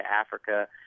Africa